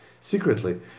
secretly